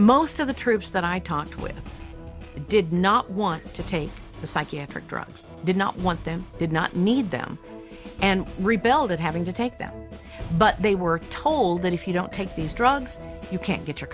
most of the troops that i talked with did not want to take the psychiatric drugs did not want them did not need them and rebuild it having to take them but they were told that if you don't take these drugs you can't get your